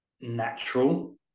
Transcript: natural